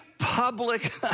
Public